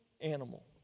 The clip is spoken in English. animal